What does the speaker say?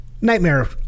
Nightmare